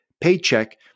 paycheck